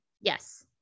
Yes